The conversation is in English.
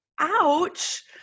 Ouch